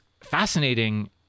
fascinating